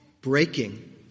breaking